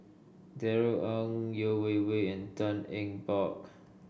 Darrell Ang Yeo Wei Wei and Tan Eng Bock